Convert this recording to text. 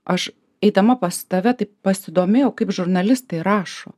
aš eidama pas tave taip pasidomėjau kaip žurnalistai rašo